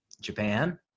Japan